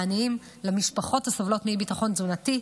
לעניים, למשפחות הסובלות מאי-ביטחון תזונתי.